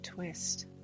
Twist